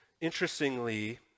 Interestingly